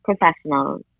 professionals